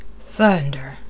Thunder